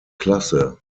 klasse